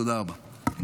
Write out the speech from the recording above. תודה רבה.